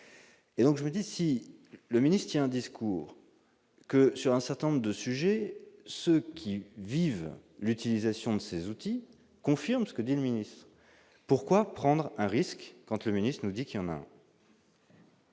et donc je me dis : si le ministre est un discours que sur un certain nombre de sujets, ceux qui vivent l'utilisation de ces outils, confirme ce que dit le ministre, pourquoi prendre un risque quand le ministre nous dit qu'il y en a.